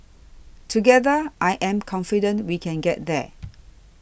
together I am confident we can get there